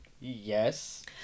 Yes